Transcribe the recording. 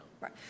right